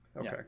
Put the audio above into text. Okay